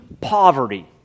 poverty